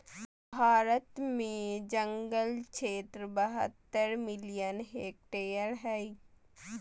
भारत में जंगल क्षेत्र बहत्तर मिलियन हेक्टेयर हइ